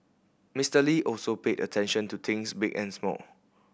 Mister Lee also paid attention to things big and small